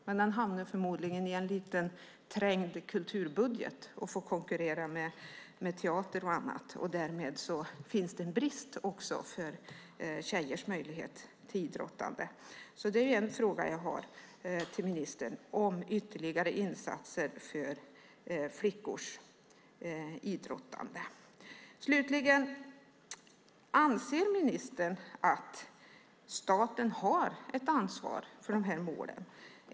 Men den hamnar förmodligen i en liten, trängd kulturbudget och får konkurrera med teater och annat, och därmed finns det en brist också för tjejers möjligheter till idrottande. En fråga som jag har till ministern gäller ytterligare insatser för flickors idrottande. Slutligen: Anser ministern att staten har ett ansvar för de här målen?